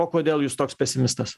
o kodėl jūs toks pesimistas